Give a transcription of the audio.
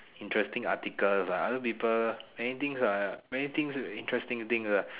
interesting articles ah other people many things are many things is interesting things uh